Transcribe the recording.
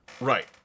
Right